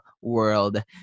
world